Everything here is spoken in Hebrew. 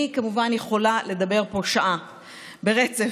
אני כמובן יכולה לדבר פה שעה ברצף,